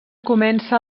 comença